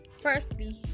Firstly